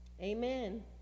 Amen